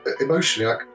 emotionally